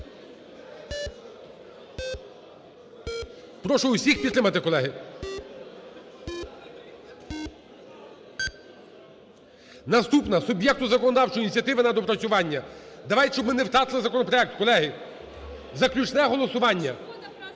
Прошу усіх підтримати, колеги. 18:04:57 За-222 Наступна: суб'єкту законодавчої ініціативи на доопрацювання. Давайте, щоб ми не втратили законопроект. Колеги, заключне голосування,